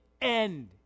end